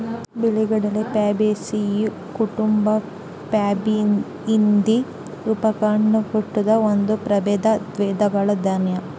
ಬಿಳಿಗಡಲೆ ಪ್ಯಾಬೇಸಿಯೀ ಕುಟುಂಬ ಪ್ಯಾಬಾಯ್ದಿಯಿ ಉಪಕುಟುಂಬದ ಒಂದು ಪ್ರಭೇದ ದ್ವಿದಳ ದಾನ್ಯ